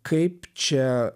kaip čia